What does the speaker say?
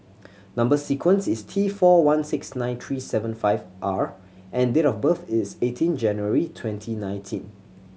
number sequence is T four one six nine three seven five R and date of birth is eighteen January twenty nineteen